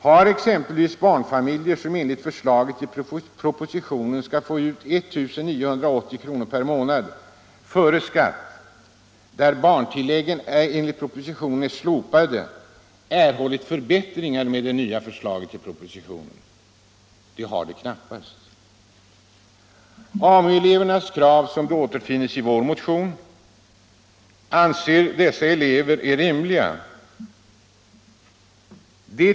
Har exempelvis barnfamiljer, som enligt förslaget i propositionen skall få ut 1 980 kr. per månad före skatt där barntilläggen är slopade, erhållit förbättringar med det nya förslaget? Det har de knappast. AMU-elevernas krav sådana som de återfinns i vår motion anses av dessa elever vara rimliga.